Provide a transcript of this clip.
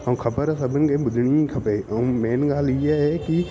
ऐं ख़बर सभिनि खे ॿुधणी खपे ऐं मेन ॻाल्हि हीअं आहे कि